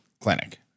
clinic